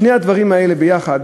שני הדברים האלה יחד,